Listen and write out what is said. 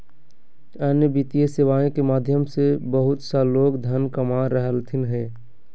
अन्य वित्तीय सेवाएं के माध्यम से बहुत सा लोग धन कमा रहलथिन हें